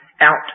out